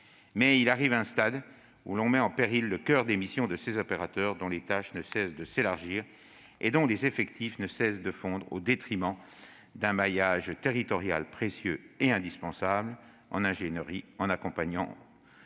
Mais il arrive un stade où l'on met en péril le coeur des missions de ces opérateurs, dont les tâches ne cessent de s'élargir et dont les effectifs ne cessent de fondre au détriment d'un maillage territorial précieux et indispensable en ingénierie et en accompagnement